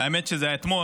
האמת היא שזה היה אתמול,